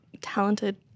Talented